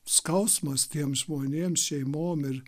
skausmas tiem žmonėms šeimom ir